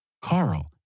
Carl